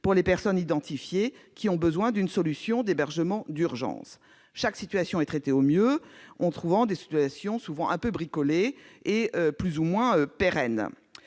pour les personnes identifiées comme ayant besoin d'une solution d'hébergement d'urgence. Chaque situation est traitée au mieux, en mettant en oeuvre des solutions souvent bricolées et plus ou moins pérennes.